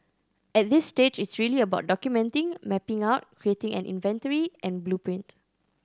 at this stage it's really about documenting mapping out creating an inventory and blueprint